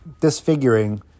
disfiguring